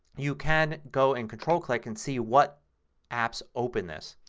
you can go and control click and see what apps open this.